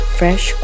fresh